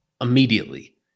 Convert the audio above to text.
immediately